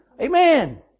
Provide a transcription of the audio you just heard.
Amen